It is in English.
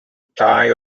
tie